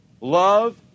love